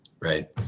right